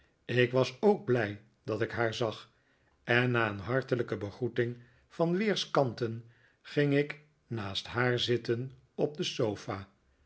ik was ook blij dat ik haar zag en na een hartelijke begroeting van weerskanten ging ik naast haar zitten op de sofa